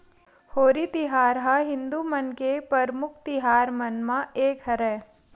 होरी तिहार ह हिदू मन के परमुख तिहार मन म एक हरय